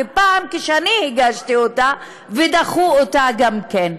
ופעם כשאני הגשתי אותה דחו אותה גם כן.